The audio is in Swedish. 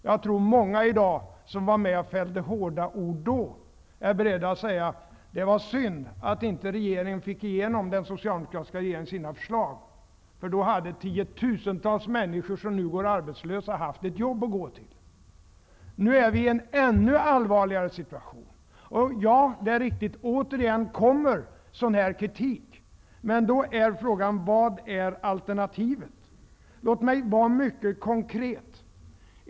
Jag tror att många som då var med och fällde hårda ord i dag är beredda att säga att det var synd att den socialdemokratiska regeringen inte fick igenom sina förslag. Då hade tiotusentals människor som nu går arbetslösa haft ett jobb att gå till. Nu befinner vi oss i en ännu allvarligare situation. Det är riktigt att jag återigen framför kritik. Men frågan är: Vad är alternativet? Låt mig vara mycket konkret.